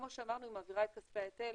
כמו שאמרנו, את כספי ההיטל